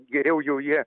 geriau jau jie